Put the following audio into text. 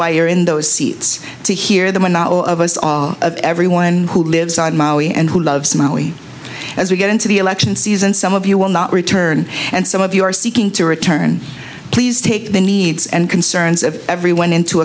you're in those seats to hear them not all of us all of everyone who lives on maui and who loves maui as we get into the election season some of you will not return and some of you are seeking to return please take the needs and concerns of everyone into